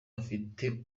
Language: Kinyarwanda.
afite